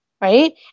right